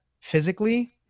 physically